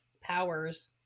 powers